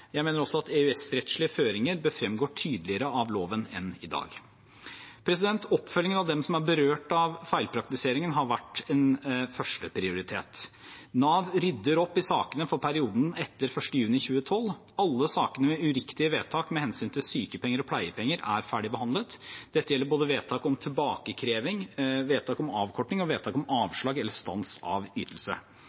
Jeg mener også at EØS-rettslige føringer bør fremgå tydeligere av loven enn i dag. Oppfølgingen av dem som er berørt av feilpraktiseringen, har vært en første prioritet. Nav rydder opp i sakene for perioden etter 1. juni 2012. Alle saker med uriktige vedtak med hensyn til sykepenger og pleiepenger er ferdig behandlet. Dette gjelder både vedtak om tilbakekreving, vedtak om avkorting og vedtak om avslag eller stans av ytelse.